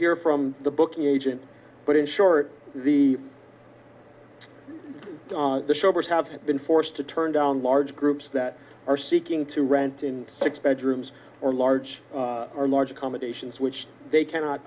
hear from the booking agent but in short the the shoppers have been forced to turn down large groups that are seeking to rent in six bedrooms or large or large accommodations which they cannot